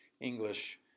English